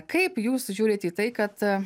kaip jūs žiūrit į tai kad